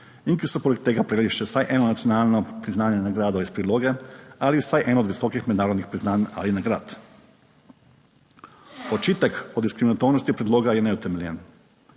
in ki so poleg tega prejeli še vsaj eno nacionalno priznanje, nagrado iz priloge ali vsaj eno od visokih mednarodnih priznanj ali nagrad. Očitek o diskriminatornosti predloga je neutemeljen.